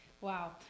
Wow